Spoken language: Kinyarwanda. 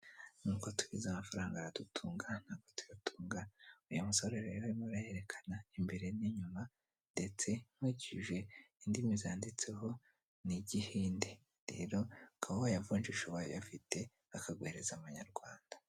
Nkuko tubizi amafaranga aradutunga ntago tuyatungaya, uyu musore rero urimo arayerekana imbere n'inyuma ndetse nkurikije indimi zanditseho ni igihinde, rero ukaba wayavunjisha ubaye uyafite bakaguhereza amanyarwanda.